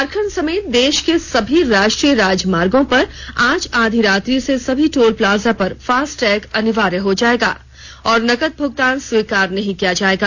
झारखंड समेत देश के सभी राष्ट्रीय राजमार्गो पर आज आधी रात्रि से सभी टोल प्लाजा पर फास्टैग अनिवार्य हो जाएगा और नकद भुगतान स्वीकार नहीं किया जाएगा